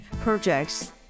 projects